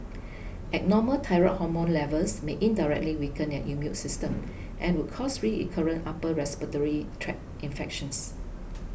abnormal thyroid hormone levels may indirectly weaken your immune system and would cause recurrent upper respiratory tract infections